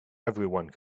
everyone